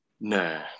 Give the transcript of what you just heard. No